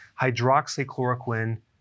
hydroxychloroquine